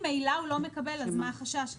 ממילא הוא לא מקבל, אז מה החשש כאן?